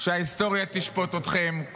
שההיסטוריה תשפוט אתכם.